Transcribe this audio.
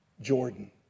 Jordan